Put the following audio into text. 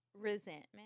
Resentment